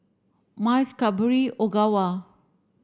Miles Cadbury Ogawa